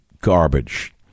garbage